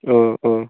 औ औ